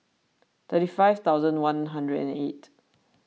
thirty five thousand one hundred and eight